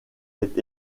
est